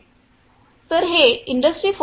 तर हे इंडस्ट्री 4